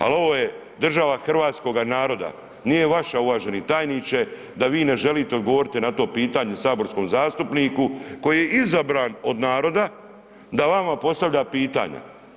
Ali ovo je država hrvatskoga naroda, nije vaša uvaženi tajniče da vi ne želite odgovoriti na to pitanje saborskom zastupniku koji je izabran od naroda da vama postavlja pitanja.